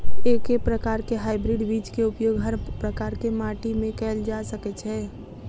एके प्रकार केँ हाइब्रिड बीज केँ उपयोग हर प्रकार केँ माटि मे कैल जा सकय छै?